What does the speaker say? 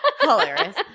Hilarious